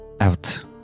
out